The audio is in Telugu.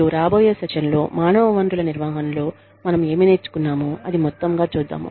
మరియు రాబోయే సెషన్లో మానవ వనరుల నిర్వహణలో మనం ఏమి నేర్చుకున్నామో అవి మొత్తం గా చూద్దాము